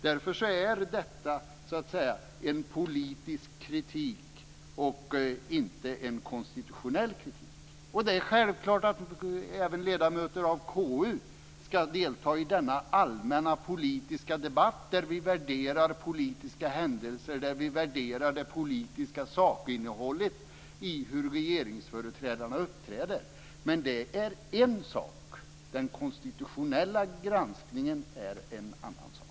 Därför är detta en politisk kritik och inte en konstitutionell kritik. Det är självklart att även ledamöter av KU ska delta i den allmänna politiska debatt där vi värderar politiska händelser och det politiska sakinnehållet i hur regeringsföreträdarna uppträder. Men det är en sak. Den konstitutionella granskningen är en annan sak.